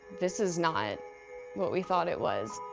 this is not what we thought it was.